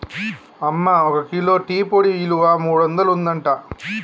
అమ్మ ఒక kilo tea పొడి ఇలువ మూడొందలు ఉంటదట